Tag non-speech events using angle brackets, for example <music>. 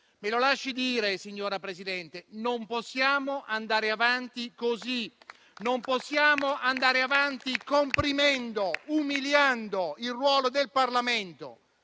Me lo lasci dire, signora Presidente: non possiamo andare avanti così. <applause> Non possiamo andare avanti comprimendo e umiliando il ruolo del Parlamento,